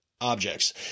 objects